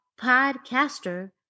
podcaster